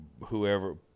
Whoever